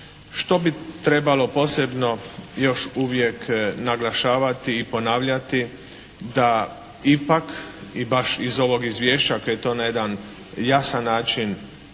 Što bi trebalo posebno još uvijek naglašavati i ponavljati da ipak i baš iz ovog izvješća ako je to na jedan jasan način